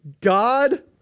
God